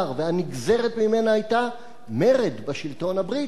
והנגזרת מקביעה זו היתה מרד בשלטון הבריטי,